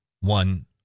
one